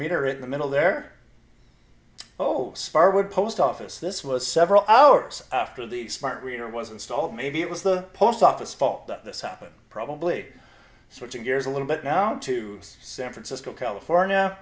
meter in the middle there oh sparwood post office this was several hours after the smart reader was installed maybe it was the post office fault the sap and probably switching gears a little but now to san francisco california